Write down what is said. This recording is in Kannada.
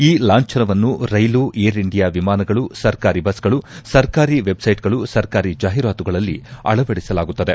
ಈ ಲಾಂಛನವನ್ನು ರೈಲು ಏರ್ ಇಂಡಿಯಾ ವಿಮಾನಗಳು ಸರ್ಕಾರಿ ಬಸ್ಗಳು ಸರ್ಕಾರಿ ವೆಬ್ಸೈಟ್ಗಳು ಸರ್ಕಾರಿ ಜಾಹೀರಾತುಗಳಲ್ಲಿ ಅಳವಡಿಸಲಾಗುತ್ತದೆ